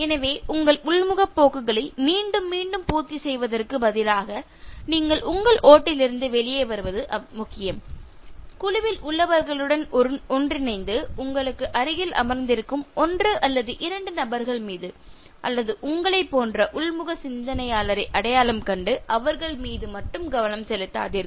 எனவே உங்கள் உள்முகப் போக்குகளை மீண்டும் மீண்டும் பூர்த்தி செய்வதற்குப் பதிலாக நீங்கள் உங்கள் ஓட்டிலிருந்து வெளியே வருவது முக்கியம் குழுவில் உள்ளவர்களுடன் ஒன்றிணைந்து உங்களுக்கு அருகில் அமர்ந்திருக்கும் ஒன்று அல்லது இரண்டு நபர்கள் மீது அல்லது உங்களைப் போன்ற உள்முக சிந்தனையாளரை அடையாளம் கண்டு அவர்கள் மீது மட்டும் கவனம் செலுத்தாதீர்கள்